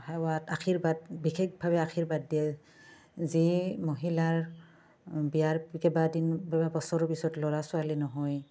সেৱাত আশীৰ্বাদ বিশেষভাৱে আশীৰ্বাদ দিয়ে যি মহিলাৰ বিয়াৰ কেবাদিনো বছৰৰ পিছতো ল'ৰা ছোৱালী নহয়